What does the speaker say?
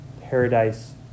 paradise